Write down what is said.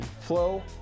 flow